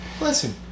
Listen